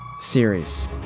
series